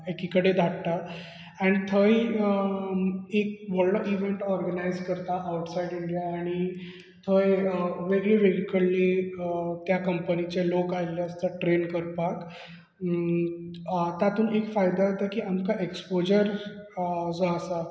एकिकडेन धाडटात आनी थंय अ एक व्हडलो इवेंट ऑर्गनायज करता आवटसायड इंडिया आनी थंय वेगळी वेगळी कडली अ त्या कंपनीचे लोक आयिल्ले आसतात ट्रेन करपाक तातून एक फायदो जाता की आमकां ऍक्सपोजर अ जो आसा